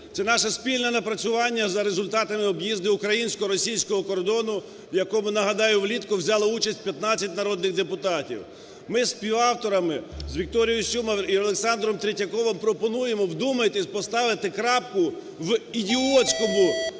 Це наше спільне напрацювання за результатами об'їзду українсько-російського кордону, в якому, нагадаю, влітку взяло участь 15 народних депутатів. Ми зі співавторами, з Вікторією Сюмар і Олександром Третьяковим, пропонуємо, вдумайтесь, поставити крапку в ідіотському